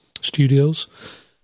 studios